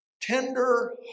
Tender